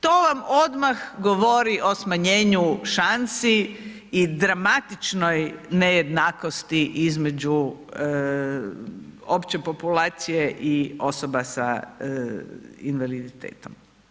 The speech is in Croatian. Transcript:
To vam odmah govori o smanjenju šansi i dramatičnoj nejednakosti između opće populacije i osoba sa invaliditetom.